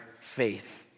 faith